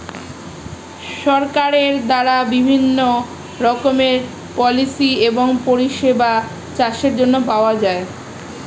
সরকারের দ্বারা বিভিন্ন রকমের পলিসি এবং পরিষেবা চাষের জন্য পাওয়া যায়